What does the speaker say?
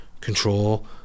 control